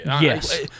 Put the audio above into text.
Yes